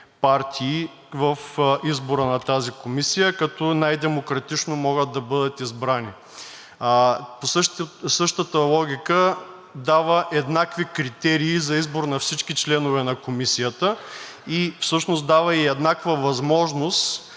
партии в избора на тази комисия, като най-демократично могат да бъдат избрани. Същата логика дава еднакви критерии за избор на всички членове на Комисията. Всъщност дава и еднаква възможност